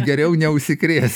geriau neužsikrėst